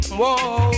whoa